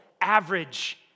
average